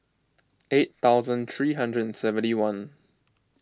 eight thousand three hundred and seventy one